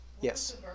Yes